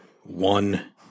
one